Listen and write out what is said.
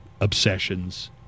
obsessions